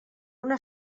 una